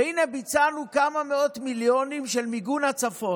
והינה ביצענו בכמה מאות מיליונים את מיגון הצפון.